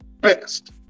best